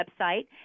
website